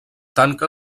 tanca